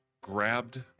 grabbed